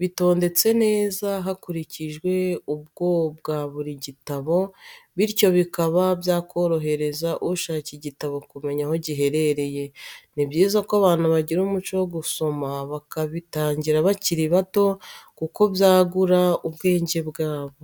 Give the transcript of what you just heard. bitondetse neza hakurikijwe ubwo bwa buri gitabo bityo bikaba byakorohereza ushaka igitabo kumenya aho giherereye, ni byiza ko abantu bagira umuco wo gusoma bakabitangira bakiri bato kuko byagura ubwenge bwabo.